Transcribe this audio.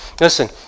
listen